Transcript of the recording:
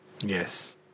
Yes